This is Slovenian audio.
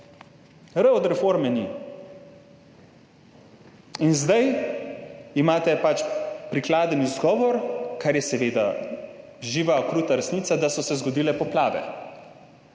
r od reforme … Zdaj imate pač prikladen izgovor, kar je seveda živa, kruta resnica, da so se zgodile poplave.